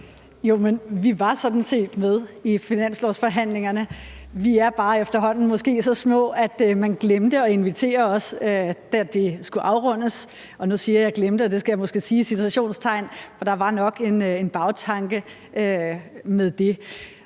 Men vi var sådan set med i finanslovsforhandlingerne. Vi er bare efterhånden måske så små, at man glemte at invitere os, da de skulle afrundes. Og nu siger jeg »glemte«, og det skal jeg måske sige i citationstegn, for der var nok en bagtanke med det.